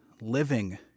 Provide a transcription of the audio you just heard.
living